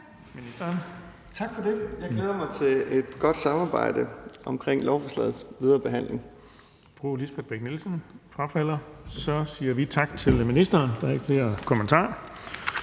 Tak for det. Jeg glæder mig til et godt samarbejde om lovforslagets videre behandling.